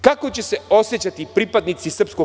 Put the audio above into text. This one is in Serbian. Kako će se osećati pripadnici SPO?